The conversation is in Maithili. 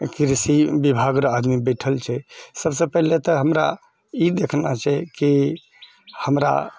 कृषि विभागरऽ आदमी बैठल छै सबसँ पहिले तऽ हमरा ई देखना छै कि हमरा